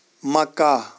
mecca